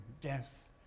death